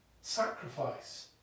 sacrifice